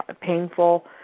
painful